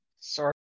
Sorry